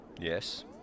Yes